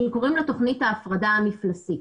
שקוראים לה תכנית ההפרדה המפלסית.